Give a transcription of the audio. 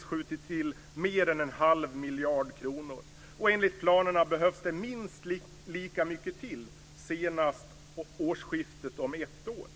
skjutit till mer än en halv miljard kronor. Enligt planerna behövs det minst lika mycket till senast vid årsskiftet om ett år.